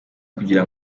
kugira